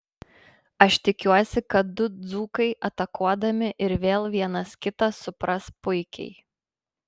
aš tikiuosi kad du dzūkai atakuodami ir vėl vienas kitą supras puikiai